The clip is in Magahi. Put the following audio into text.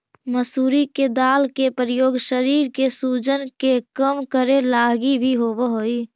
मसूरी के दाल के प्रयोग शरीर के सूजन के कम करे लागी भी होब हई